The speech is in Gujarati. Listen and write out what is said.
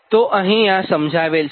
તો અહીં આ સમજાવેલ છે